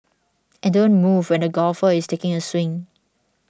and don't move when the golfer is taking a swing